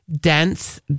dense